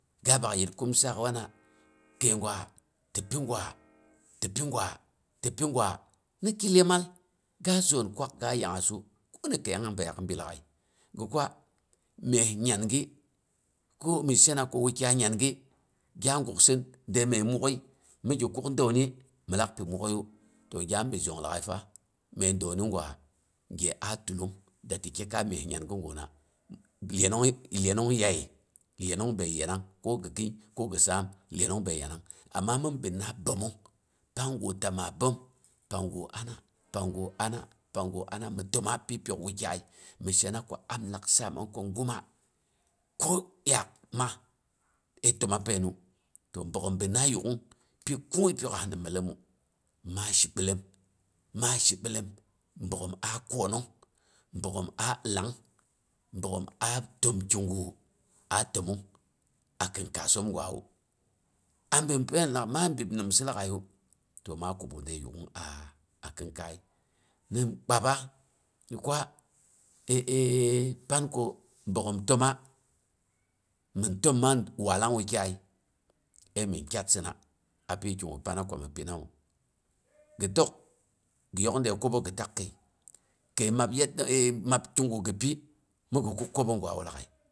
Ga bak yit kamsaak wana kəigwa ti pigwa ti pigwa ti pigwa mi ti dyangngas ga zoon kwak ga yangngasu, koni kəiyong bidəlaak bilagai gi kwa myes nyangi ko mi shena ko waayai nyangi, gyaa guksin de məi muk'oi, mi gi kuk dəuni min lak pi muk'oiyu, to gya bi zhong lagaiyu fa, məi dəuni gwa, gye a tulung da ti kye kai myes nyangi guna, lyenong lyenong lyaye. Leyenong bəi yanang ko gi kɨɨ ko gi saam lyenong bəi yanang, amma min binna bəi bəmong panggu tama, bəom, panggu ana, panggu ana, pang ga anan mi təma pyi pyok wukyai, mi shena ko am laak saamang ko guma ko yaab ma təma, ai tə-mab bəiyoomə, to bogghom binna yuk'ung pyi kung'ungəi pyok as gin millomu, maa shibillom, maa shibilom bogghom a koonong, bogghom a ilangnga, bogghom a təm kigu a təmong a kin kaasoom gwawu, a binn pain lagai, ma bib minsi lag'aiyu, maa kub de yuk'ung a kinkai. Gin kpabas gi kwa əəəi pan ko bogghom təma mɨn təma man wallang wukyai əi min kyatsɨna apyi kigu pana komi pinawu. Gi tək gi yok de kobo gi takkəi, kəi mab yadda, mab kigu gi pi nigi kuk kobogwawu lag'ai